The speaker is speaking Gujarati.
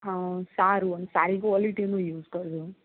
હં સારું અને સારી ક્વૉલિટીનું યુસ કરજો